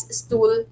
stool